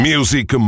Music